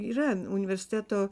yra universiteto